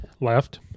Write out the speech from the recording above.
left